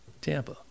Tampa